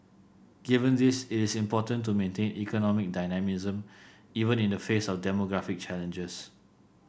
given this it is important to maintain economic dynamism even in the face of demographic challenges